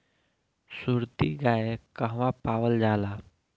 सुरती गाय कहवा पावल जाला?